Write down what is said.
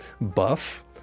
buff